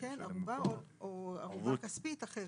כן ערובה, או ערובה כספית אחרת.